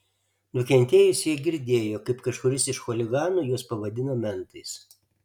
nukentėjusieji girdėjo kaip kažkuris iš chuliganų juos pavadino mentais